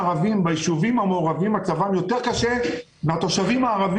מה שאנחנו